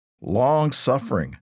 long-suffering